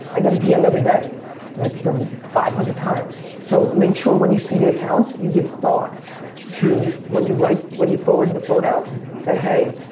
i get a dm everyday like from five hundred times. so make sure when you see the accounts you give thoughts to when you write, when you forward the photo say, hey,